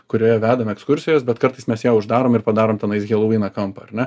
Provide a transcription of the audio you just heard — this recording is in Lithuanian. kurioje vedam ekskursijas bet kartais mes ją uždarom ir padarom tenais helovyno kampą ar ne